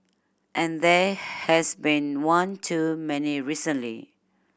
and there has been one too many recently